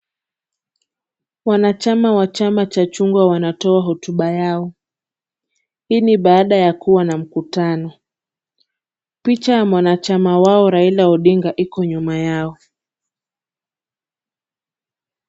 Wanachama wa chama cha chungwa wanatoa hotuba yao. Hii ni baada ya kuwa na mkutano. Picha ya mwanachama wao Raila Odinga iko nyuma yao.